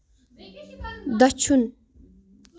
دٔچھُن